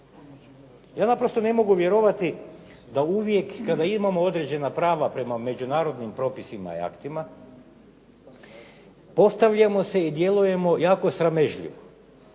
Ja naprosto ne mogu vjerovati da uvijek kada imamo određena prava prema međunarodnim propisima i aktima postavljamo se i djelujemo jako sramežljivo